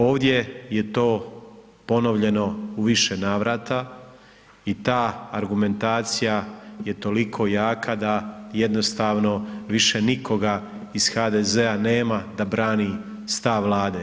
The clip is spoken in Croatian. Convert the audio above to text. Ovdje je to ponovljeno u više navrata i ta argumentacija je toliko jaka da jednostavno više nikoga iz HDZ-a nema da brani stav Vlade.